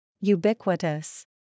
Ubiquitous